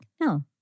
No